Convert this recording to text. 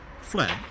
fled